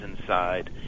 inside